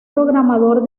programador